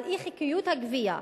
על אי-חוקיות הגבייה,